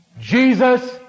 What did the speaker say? Jesus